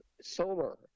solar